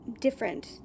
different